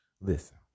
Listen